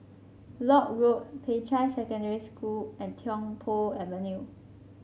Lock Road Peicai Secondary School and Tiong Poh Avenue